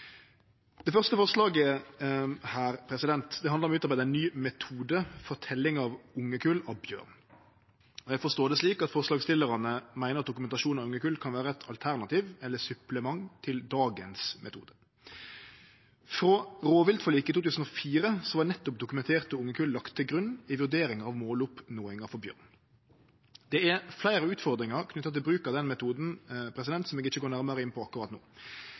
Det første forslaget handlar om å utarbeide ein ny metode for teljing av ungekull av bjørn. Eg forstår det slik at forslagsstillarane meiner at dokumentasjon av ungekull kan vere eit alternativ eller supplement til dagens metode. Frå rovviltforliket i 2004 var nettopp dokumenterte ungekull lagde til grunn i vurderinga av måloppnåinga for bjørn. Det er fleire utfordringar knytte til bruk av den metoden, som eg ikkje går nærmare inn på akkurat no.